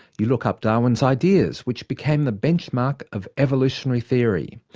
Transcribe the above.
you look up darwin's ideas which became the benchmark of evolutionary theory.